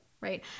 Right